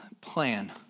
plan